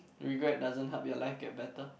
regret doesn't help your life get better